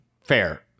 fair